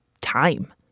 time